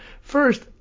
First